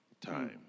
time